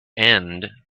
end